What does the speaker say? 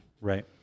Right